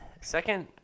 Second